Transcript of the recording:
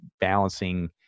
balancing